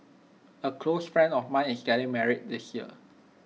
A close friend of mine is getting married this year